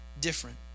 different